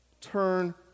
Turn